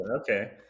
Okay